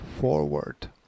forward